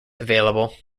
available